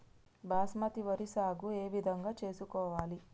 బాస్మతి వరి సాగు ఏ విధంగా చేసుకోవాలి?